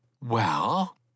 Well